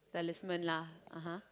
talisman lah (uh huh)